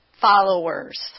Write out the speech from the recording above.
followers